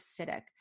acidic